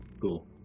Cool